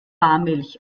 milch